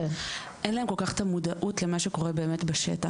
אין להם כל כך את המודעות למה שקורה באמת בשטח,